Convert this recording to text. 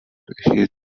heat